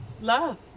love